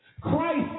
Christ